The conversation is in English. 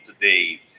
today